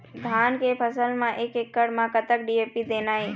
धान के फसल म एक एकड़ म कतक डी.ए.पी देना ये?